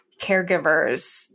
caregivers